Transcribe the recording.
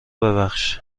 ببخش